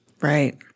Right